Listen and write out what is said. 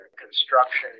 construction